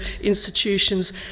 institutions